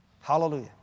Hallelujah